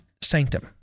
sanctum